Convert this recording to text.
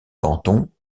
canton